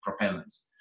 propellants